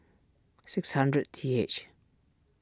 six hundred T H